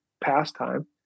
pastime